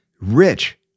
rich